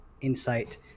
insight